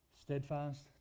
steadfast